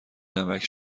نمکـ